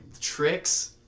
tricks